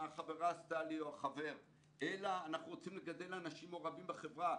מה החברה עשתה לי או החבר אלא אנחנו רוצים לגדל אנשים מעורבים בחברה,